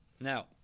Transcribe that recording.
Now